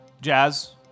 Jazz